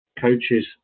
coaches